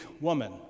woman